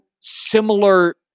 similar